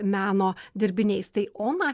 meno dirbiniais tai oną